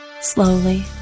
Slowly